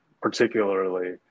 particularly